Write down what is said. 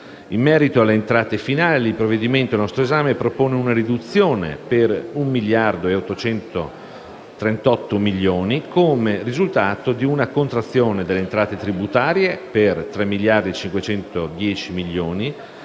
In merito alle entrate finali, il provvedimento al nostro esame propone una riduzione per 1 miliardo e 838 milioni come risultato di una contrazione delle entrate tributarie per 3 miliardi e 510 milioni,